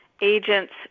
Agents